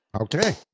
Okay